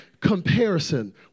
Comparison